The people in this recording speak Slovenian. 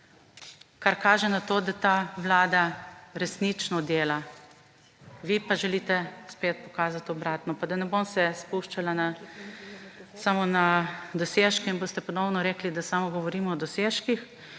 kar kaže na to, da ta vlada resnično dela, vi pa želite spet pokazati obratno. Pa da ne bom se spuščala samo na dosežke in boste ponovno rekli, da govorimo samo o dosežkih,